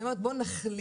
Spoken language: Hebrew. אני אומרת בואו נכליל,